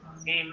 Amen